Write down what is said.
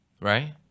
right